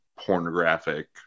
pornographic